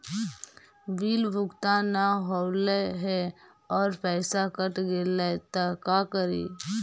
Bill भुगतान न हौले हे और पैसा कट गेलै त का करि?